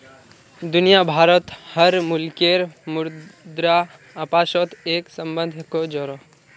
दुनिया भारोत हर मुल्केर मुद्रा अपासोत एक सम्बन्ध को जोड़ोह